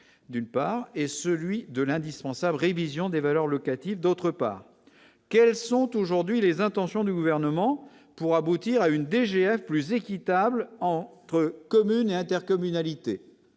d'une part, et celui de l'indispensable révision des valeurs locatives, d'autre part, quels sont aujourd'hui les intentions du gouvernement pour aboutir à une DGF plus équitable en entre communes et intercommunalités,